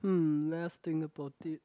hmm let us think about it